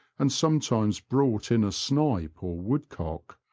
and sometimes brought in a snipe or woodcock,